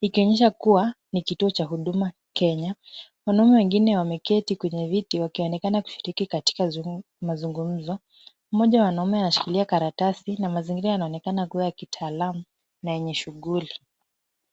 ikionyesha kuwa ni kituo cha Huduma Kenya. Wanaume wengine wameketi kwenye viti wakionekana kushiriki katika mazungumzo. Mmoja wa wanaume ameshikilia karatasi na mazingira yanaonekana kuwa ya kitaalamu na yenye shughuli.